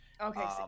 Okay